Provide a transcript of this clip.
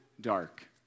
dark